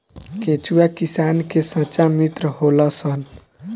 केचुआ किसान के सच्चा मित्र होलऽ सन